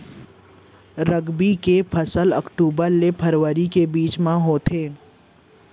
रबी के मौसम अक्टूबर ले फरवरी के बीच मा होथे